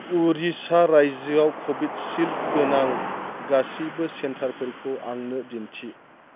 उरिस्सा रायजोआव कविसिल्द गोनां गासिबो सेन्टारफोरखौ आंनो दिन्थि